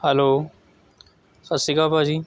hello Sat Sri Akal ਭਾਅ ਜੀ